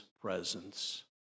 presence